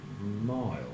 miles